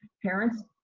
parents,